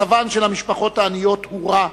מצבן של המשפחות העניות הורע,